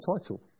title